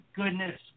goodness